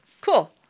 Cool